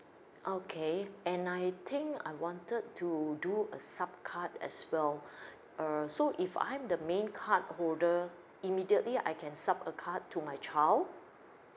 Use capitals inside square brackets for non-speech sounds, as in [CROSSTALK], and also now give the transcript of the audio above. okay and I think I wanted to do a sup card as well [BREATH] err so if I'm the main card holder immediately I can sup a card to my child